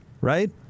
right